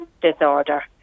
disorder